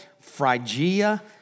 Phrygia